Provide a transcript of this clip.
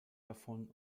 davon